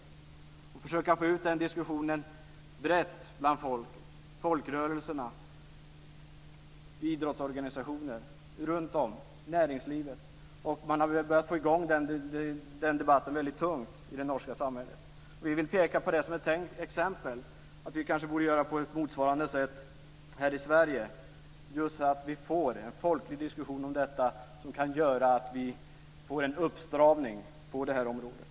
Man skall försöka få ut den diskussionen brett bland folket och folkrörelserna, idrottsorganisationerna och näringslivet. Man har börjat få i gång debatten väldigt tungt i det norska samhället. Vi vill peka på detta som ett exempel. Vi kanske borde göra på ett motsvarande sätt här i Sverige, så att vi får en folklig diskussion som kan leda till en uppstramning på det här området.